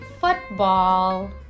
football